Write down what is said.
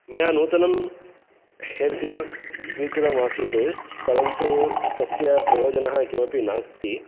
मया नूतनं hair gel स्वीकृतम् आसीत् परन्तु तस्य प्रयोजनं किमपि नास्ति